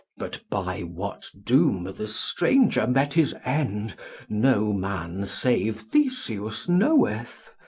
but by what doom the stranger met his end no man save theseus knoweth.